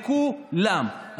לכולם,